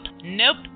nope